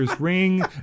ring